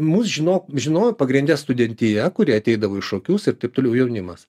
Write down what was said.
mus žinok žinojo pagrinde studentija kuri ateidavo į šokius ir taip toliau jaunimas